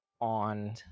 on